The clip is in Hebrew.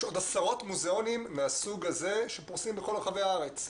יש עוד עשרות מוזיאונים מהסוג הזה שפרוסים בכל רחבי הארץ.